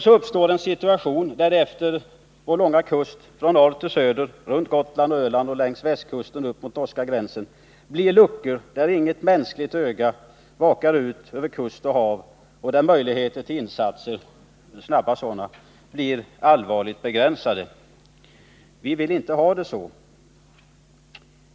Så uppstår en situation där det efter vår långa kust, från norr till söder, runt Gotland och Öland och längs västkusten upp mot norska gränsen, blir luckor där inget mänskligt öga vakar ut över kust och hav, och möjligheterna till snabba insatser blir därmed allvarligt begränsade. Vi vill inte ha det så.